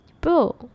Bro